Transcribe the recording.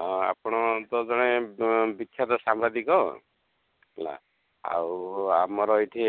ହଁ ଆପଣ ତ ଜଣେ ବିଖ୍ୟାତ ସାମ୍ବାଦିକ ହେଲା ଆଉ ଆମର ଏଇଠି